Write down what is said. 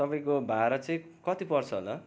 तपाईँको भाडा चाहिँ कति पर्छ होला